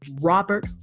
Robert